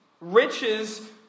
Riches